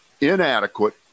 inadequate